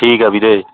ਠੀਕ ਆ ਵੀਰੇ